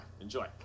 Enjoy